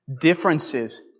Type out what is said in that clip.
differences